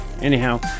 Anyhow